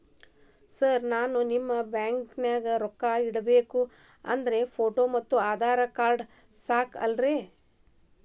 Sir ನಾನು ನಿಮ್ಮ ಬ್ಯಾಂಕನಾಗ ರೊಕ್ಕ ಇಡಬೇಕು ಅಂದ್ರೇ ಫೋಟೋ ಮತ್ತು ಆಧಾರ್ ಕಾರ್ಡ್ ಸಾಕ ಅಲ್ಲರೇ?